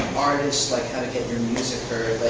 artist, like how to get your music heard.